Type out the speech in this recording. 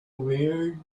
weird